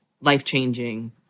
life-changing